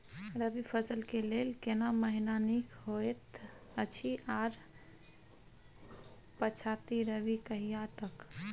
रबी फसल के लेल केना महीना नीक होयत अछि आर पछाति रबी कहिया तक?